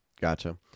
Gotcha